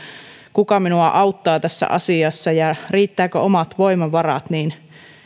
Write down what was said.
kuka minua auttaa tässä asiassa ja riittävätkö omat voimavarat niin